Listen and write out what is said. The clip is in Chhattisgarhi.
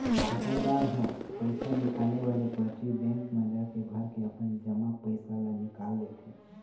खातादार ह पइसा निकाले वाले परची बेंक म जाके भरके अपन जमा पइसा ल निकाल लेथे